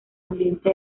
ambiente